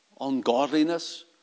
ungodliness